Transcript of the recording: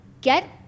get